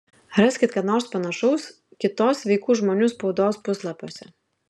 raskit ką nors panašaus kitos sveikų žmonių spaudos puslapiuose